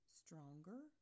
stronger